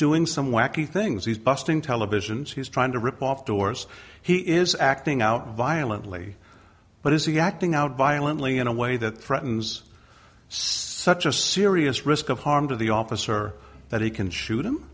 doing some wacky things he's busting televisions he's trying to rip off doors he is acting out violently but is he acting out violently in a way that threatens such a serious risk of harm to the officer that he can shoot him